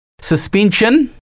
Suspension